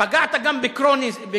פגעת גם בגרוניס,